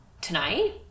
tonight